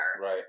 right